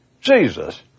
Jesus